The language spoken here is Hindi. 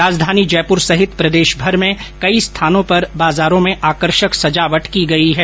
राजधानी जयपूर सहित प्रदेशभर में कई स्थानों पर बाजारों में आकर्षक सजावट की गई है